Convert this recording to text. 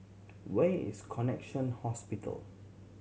where is Connexion Hospital